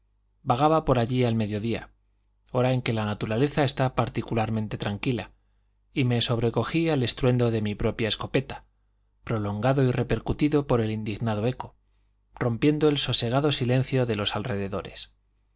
vagaba por allí al mediodía hora en que la naturaleza está particularmente tranquila y me sobrecogí al estruendo de mi propia escopeta prolongado y repercutido por el indignado eco rompiendo el sosegado silencio de los alrededores